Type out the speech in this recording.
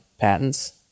patents